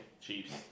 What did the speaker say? Chiefs